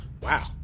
wow